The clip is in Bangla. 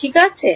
ছাত্র ঠিক আছে